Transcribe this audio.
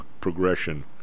progression